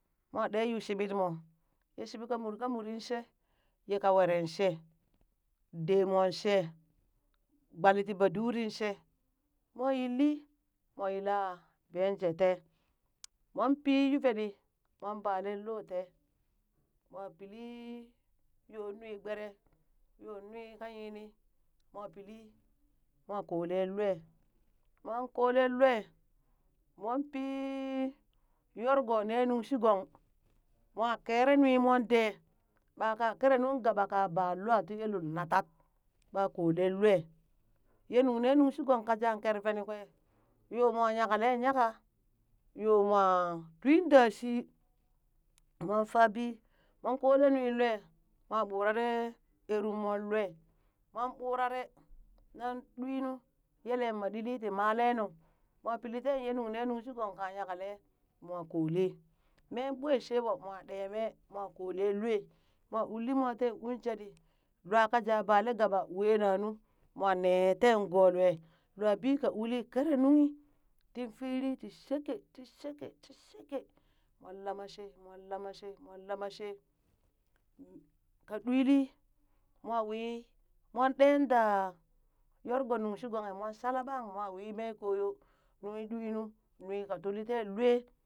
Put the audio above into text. Mwa ɗe yu shimi mo, ye shimi ka muri ka murin she ka weren she, dee mon she, gballi ti badurin she, mwa yilli mwa yilla be je tee, mon pii yuvetɗi mon bale lo tee, mwa pilli yo nwi gbere yo nwi ka yini, mwa pilli mwa koleŋ lue, mwa kole lue mon pii yorgo ne nungshi gong, mwa kere nwi mon dee, ɓa ka baa kere nung gaɓa ka baa lua ti ye lul nanat, ɓaa kolen lue ye nung ne nung shi gong ka jaaŋ kere veni kwe, yo mwa nyakaleŋ nyaka yo mwa twiin da shii, mwan fa bi mon kole nwi lue mwa ɓurare erum mon lue mon ɓurare nan ɗwi nu yele ma ɗili ti male nu, mwa yilli ten ye nung ne nung shi gong ka nyakale mwa kole, mee ɓwe she ɓo mwa ɗe mee mwa kolen lwe, mwa ulli mwa teen ullin jeɗɗi lua ka jaa bale gaɓe wena nu mwa ne teen go lue, lua bii ka uli kere nunghi tin firi ti sheke ti sheke ti sheke, mon lama she mon lama she mon lama she, nka ɗwiili mwa wii mon ɗee daa yorgo nung shi gonghi mwan shala ɓang mwa wii mee koyo, nu ɗwi nu nwi ka tuli teen lwe.